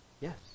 Yes